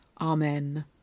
Amen